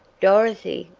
dorothy!